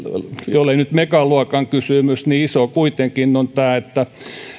jollei nyt megaluokan kysymys niin iso kuitenkin on tämä että